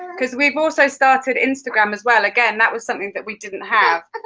um cause we've also started instagram as well. again, that was something that we didn't have.